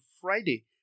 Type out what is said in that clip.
Friday